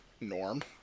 Norm